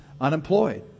unemployed